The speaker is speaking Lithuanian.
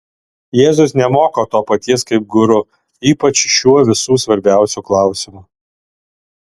jėzus nemoko to paties kaip guru ypač šiuo visų svarbiausiu klausimu